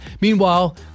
Meanwhile